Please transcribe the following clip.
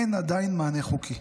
אין עדיין מענה חוקי.